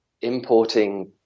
importing